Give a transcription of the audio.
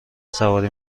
سواری